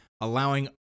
allowing